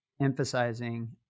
emphasizing